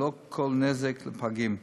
ללא כל נזק לפגים.